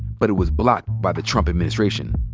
but it was blocked by the trump administration.